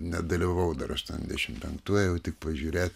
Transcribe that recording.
nedalyvavau dar aštuoniasdešimt penktų ėjau tik pažiūrėt